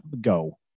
go